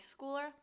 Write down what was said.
schooler